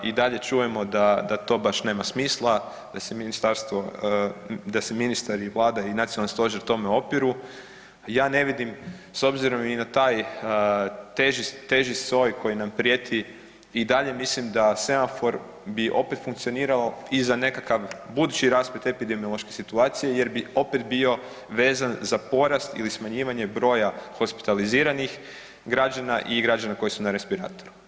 I dalje čujemo da to baš nema smisla, da se ministarstvo, da se ministar i Vlada i nacionalni stožer tome opiru, ja ne vidim s obzirom i na taj teži, teži soj koji nam prijeti i dalje mislim da semafor bi opet funkcionirao i za nekakav budući rasplet epidemiološke situacije jer bi opet bio vezan za porast ili smanjivanje broj hospitaliziranih građana i građana koji su na respiratoru.